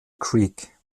creek